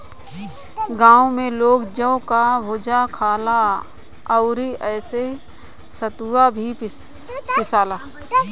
गांव में लोग जौ कअ भुजा खाला अउरी एसे सतुआ भी पिसाला